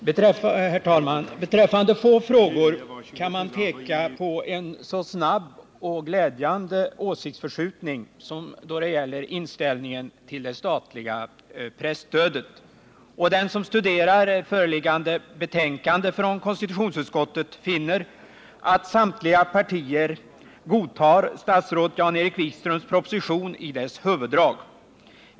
Herr talman! Beträffande få frågor kan man peka på en så snabb och glädjande åsiktsförskjutning som då det gäller inställningen till det statliga presstödet. Den som studerar föreliggande betänkande från konstitutionsutskottet finner att samtliga partier godtar statsrådet Jan-Erik Wikströms proposition i dess huvuddrag.